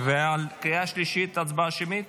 ועל קריאה שלישית הצבעה שמית?